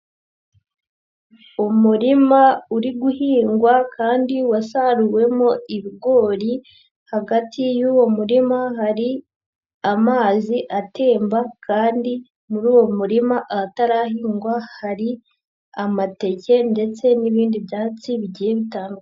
Umurima uri guhingwa kandi wasaruwemo ibigori, hagati y'uwo murima hari amazi atemba kandi muri uwo murima ahatarahingwa hari amateke ndetse n'ibindi byatsi bigiye bitandukanye.